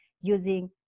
using